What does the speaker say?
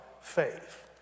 faith